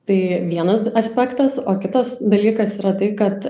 tai vienas aspektas o kitas dalykas yra tai kad